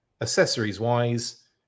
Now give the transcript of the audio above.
accessories-wise